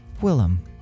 Willem